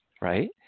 right